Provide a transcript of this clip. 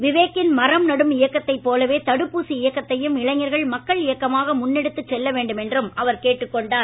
விவேக்கின் மரம் நடும் இயக்கத்தை போலவே தடுப்பூசி இயக்கத்தையும் இளைஞர்கள் மக்கள் இயக்கமாக முன்னெடுத்து செல்ல வேண்டும் என்றும் அவர் கேட்டுக்கொண்டார்